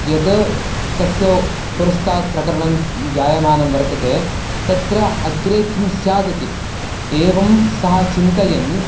यद् तस्य पुरस्तात् प्रकरणं जायमानं वर्तते तत्र अग्रे किं स्यात् इति एवं सः चिन्तयन्